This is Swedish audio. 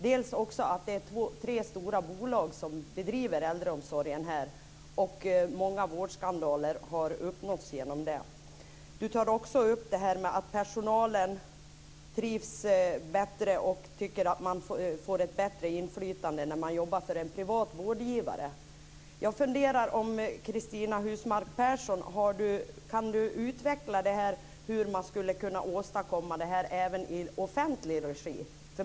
Det är tre stora bolag som bedriver äldreomsorgen här, och många vårdskandaler har uppstått genom det. Cristina tar också upp att personalen trivs bättre och tycker att man får ett bättre inflytande när man jobbar för en privat vårdgivare. Jag funderar över om Cristina Husmark Pehrsson kan utveckla hur man skulle kunna åstadkomma det även i offentlig regi.